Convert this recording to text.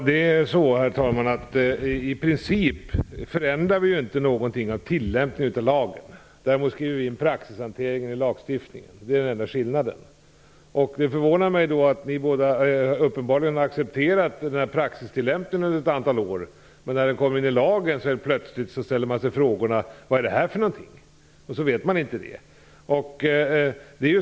Herr talman! I princip förändrar vi ju inte tilllämpningen av lagen; däremot skriver vi in praxishanteringen i lagstiftningen. Det är den enda skillnaden. Det förvånar mig att både Juan Fonseca och Ulla Hoffmann uppenbarligen har accepterat den här praxistillämpningen under ett antal år, men när den plötsligt kommer in i lagen frågar de sig: Vad är det här för någonting? Och så vet de inte det.